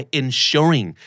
ensuring